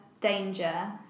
danger